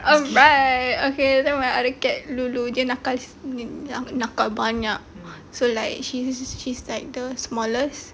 alright okay then my other cats dulu dia nakal dia nakal banyak so like she's she's like those smallest